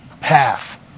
path